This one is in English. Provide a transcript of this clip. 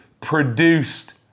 produced